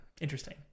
interesting